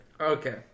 Okay